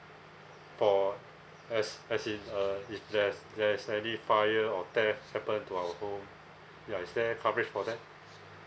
for as as in uh if there's there's any fire or theft happen to our home ya is there coverage for that